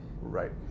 Right